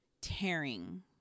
tearing